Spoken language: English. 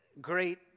great